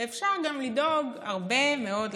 ואפשר גם לדאוג הרבה מאוד לכיסא.